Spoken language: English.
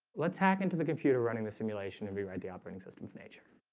let's hack into the computer running the simulation and rewrite the operating systems nature